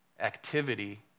activity